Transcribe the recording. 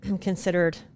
considered